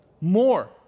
More